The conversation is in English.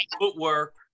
footwork